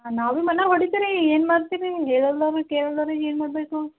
ನಾವೇ ಮನ್ಯಾಗೆ ಹೊಡಿತೀರಿ ಏನು ಮಾಡ್ತೀರಿ ಹೇಳೋರಿಲ್ಲ ಅವ್ರಿಗೆ ಕೇಳಲ್ಲರಿಗೆ ಏನು ಮಾಡಬೇಕು